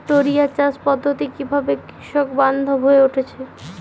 টোরিয়া চাষ পদ্ধতি কিভাবে কৃষকবান্ধব হয়ে উঠেছে?